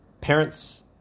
parents